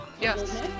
Yes